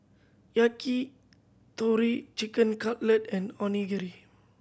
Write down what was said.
Yakitori Chicken Cutlet and Onigiri